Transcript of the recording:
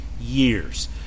years